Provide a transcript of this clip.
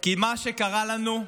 כי מה שקרה לנו,